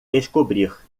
descobrir